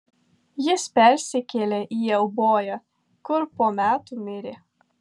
jis persikėlė į euboją kur po metų mirė